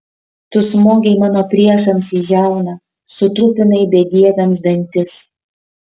tu smogei mano priešams į žiauną sutrupinai bedieviams dantis